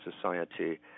society